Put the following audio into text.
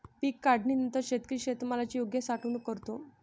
पीक काढणीनंतर शेतकरी शेतमालाची योग्य साठवणूक करतो